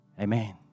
Amen